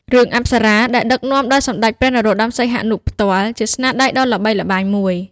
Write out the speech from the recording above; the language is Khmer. រឿង "អប្សរា" ដែលដឹកនាំដោយ សម្ដេចព្រះនរោត្តម សីហនុ ផ្ទាល់ ជាស្នាដៃដ៏ល្បីល្បាញមួយ។